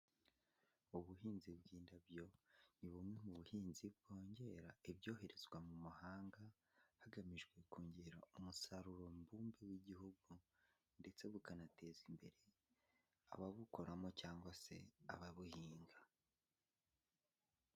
Ubuhinzi bw'indabyo ni bumwe mu buhinzi bwongera ibyoherezwa mu mahanga, hagamijwe kongera umusaruro mbumbe w'igihugu ndetse bukanateza imbere, ababukoramo cyangwa se ababuhinga.